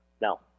Now